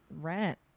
rent